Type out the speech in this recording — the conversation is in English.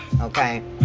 okay